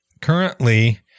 currently